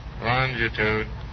Longitude